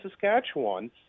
Saskatchewan